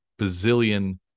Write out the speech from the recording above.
bazillion